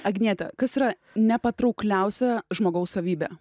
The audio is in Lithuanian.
agniete kas yra nepatraukliausia žmogaus savybė